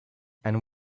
and